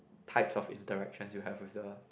types of interaction you have with the